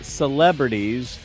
celebrities